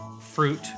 fruit